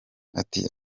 ati